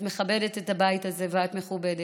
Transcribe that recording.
את מכבדת את הבית הזה ואת מכובדת,